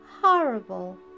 horrible